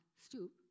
stoop